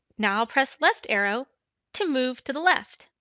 now, i'll press left arrow to move to the left.